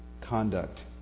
conduct